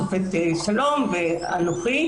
שופט שלום ואנוכי,